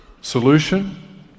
Solution